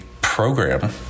program